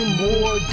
more